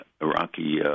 Iraqi